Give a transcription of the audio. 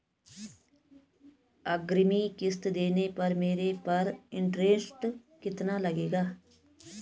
अग्रिम किश्त देने पर मेरे पर इंट्रेस्ट कितना लगेगा?